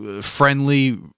friendly